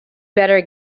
better